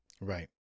Right